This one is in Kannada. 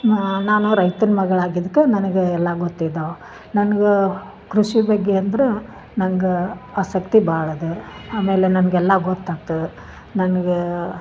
ನಾನು ರೈತನ ಮಗಳು ಆಗಿದಕ್ಕ ನನಗೆ ಎಲ್ಲ ಗೊತ್ತಿದ್ದವ ನನಗೂ ಕೃಷಿ ಬಗ್ಗೆ ಅಂದ್ರೆ ನಂಗೆ ಆಸಕ್ತಿ ಭಾಳ ಅದ ಆಮೇಲೆ ನನಗೆಲ್ಲ ಗೊತ್ತಾತು ನನಗೆ